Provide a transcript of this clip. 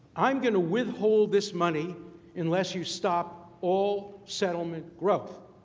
i'm going to withhold this money unless you stop all settlement growth.